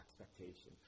expectation